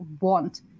want